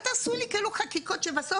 אל תעשו לי חקיקות שבסוף,